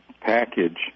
package